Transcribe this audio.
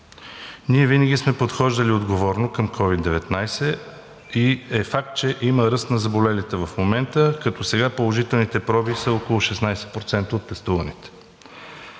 Ние винаги сме подхождали отговорно към COVID-19 и е факт, че има ръст на заболелите в момента, като сега положителните проби са около 16% от тестуваните.